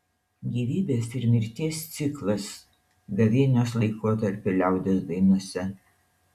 gyvybės ir mirties ciklas gavėnios laikotarpio liaudies dainose